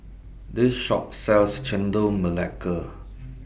This Shop sells Chendol Melaka